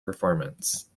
performance